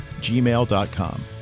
gmail.com